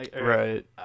Right